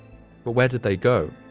but where did they go?